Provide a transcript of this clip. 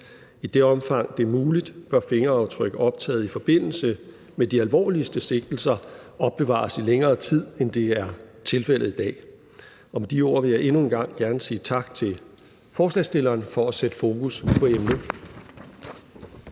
I det omfang, det er muligt, bør fingeraftryk optaget i forbindelse med de alvorligste sigtelser opbevares i længere tid, end det er tilfældet i dag. Med de ord vil jeg endnu en gang gerne sige tak til forslagsstillerne for at sætte fokus på emnet.